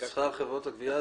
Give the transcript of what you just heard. זה